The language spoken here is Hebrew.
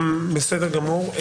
בסדר גמור.